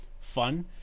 fun